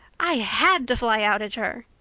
i had to fly out at her.